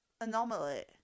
anomaly